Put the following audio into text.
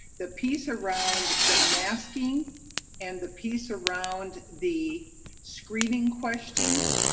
the piece around the masking and the piece around the screening questions,